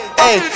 hey